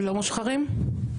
לא מושחרים?